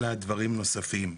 אלא דברים נוספים.